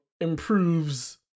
improves